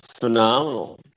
Phenomenal